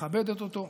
מכבדת אותו.